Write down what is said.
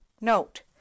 Note